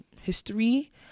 history